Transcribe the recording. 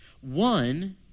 One